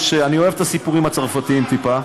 אני אוהב את הסיפורים הצרפתיים טיפה.